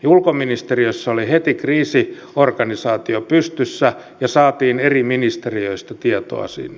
ulkoministeriössä oli heti kriisiorganisaatio pystyssä ja saatiin eri ministeriöistä tietoa sinne